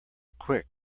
quick